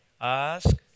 ask